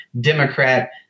Democrat